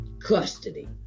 custody